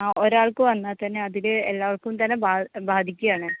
ആ ഒരാൾക്ക് വന്നാൽ തന്നെ അതില് അത് എല്ലാർക്കും തന്നെ ബാദ് ബാധിക്കയാണ്